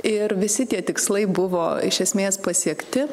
ir visi tie tikslai buvo iš esmės pasiekti